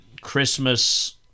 Christmas